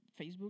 Facebook